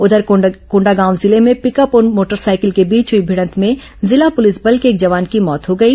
उधर कोंडागांव जिले में पिकअप और मोटरसाइकिल के बीच हुई भिडंत में जिला पुलिस बल के एक जवान की मौत हो गई